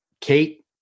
Kate